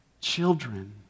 children